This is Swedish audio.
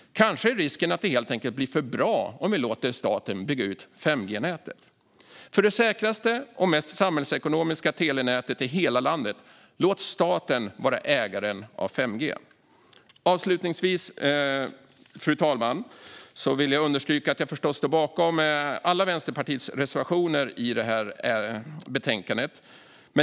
Kanske finns en risk att det helt enkelt blir för bra om vi låter staten bygga ut 5G-nätet. För att få det säkraste och samhällsekonomiskt bästa telenätet i hela landet borde vi låta staten stå som ägare till 5G. Avslutningsvis, fru talman, vill jag understryka att jag förstås står bakom Vänsterpartiets alla reservationer i betänkandet.